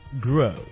grow